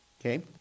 Okay